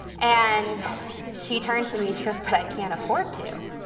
and she turns to me, she goes, but i can't afford to.